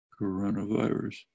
coronavirus